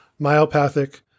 myopathic